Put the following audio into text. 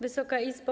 Wysoka Izbo!